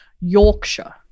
Yorkshire